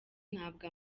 ntabwo